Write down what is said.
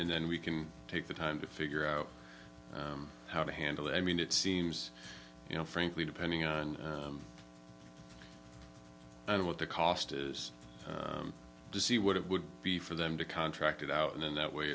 and then we can take the time to figure out how to handle it i mean it seems you know frankly depending on and what the cost is to see what it would be for them to contracted out and in that way